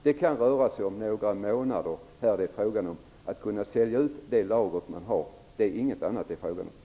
Det tar kanske några månader att sälja ut det lager som man har. Det är inte fråga om någonting annat.